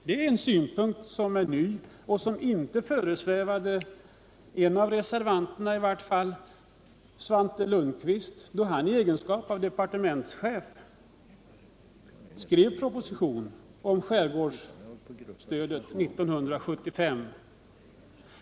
Det är en synpunkt som är ny och som i varje fall inte föresvävade reservanten Svante Lundkvist, då han i egenskap av departementschef skrev propositionen om skärgårdsstödet 1975.